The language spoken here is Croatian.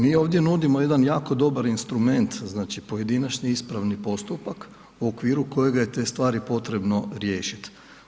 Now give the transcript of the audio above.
Mi ovdje nudimo jedan jako dobar instrument znači pojedinačni ispravni postupak u okviru kojega je te stvari potrebno riješiti.